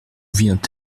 vient